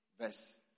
verse